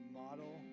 model